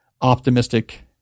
optimistic